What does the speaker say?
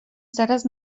zaraz